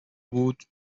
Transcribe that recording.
بود